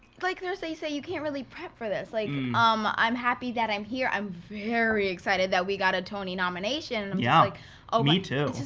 like thursday said, you can't really prep for this. like um i'm happy that i'm here. i'm very excited that we got a tony nomination. i'm just yeah like ah me too